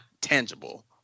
tangible